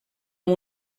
amb